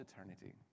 eternity